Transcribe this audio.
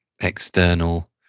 external